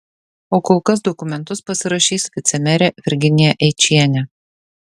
o kol kas dokumentus pasirašys vicemerė virginija eičienė